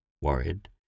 Worried